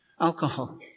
Alcohol